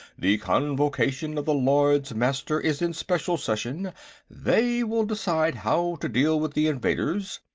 the convocation of the lords-master is in special session they will decide how to deal with the invaders.